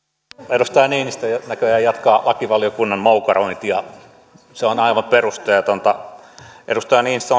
edustaja niinistö näköjään jatkaa lakivaliokunnan moukarointia se on aivan perusteetonta edustaja niinistö